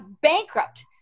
bankrupt